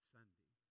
Sunday